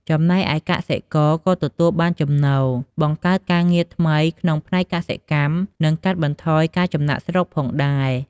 ចំណែកឯកសិករក៏ទទួលបានចំណូល បង្កើតការងារថ្មីក្នុងផ្នែកកសិកម្ម និងកាត់បន្ថយការចំណាកស្រុកផងដែរ។